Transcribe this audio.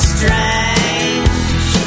Strange